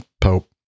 pope